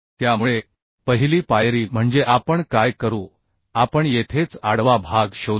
त्यामुळे पहिली पायरी म्हणजे आपण काय करू आपण येथेच आडवा भाग शोधू